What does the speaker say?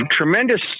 tremendous